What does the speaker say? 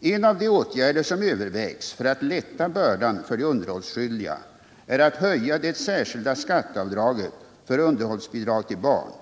En av de åtgärder som övervägs för att lätta bördan för de underhållsskyldiga är att höja det särskilda skatteavdraget för underhållsbidrag till barn.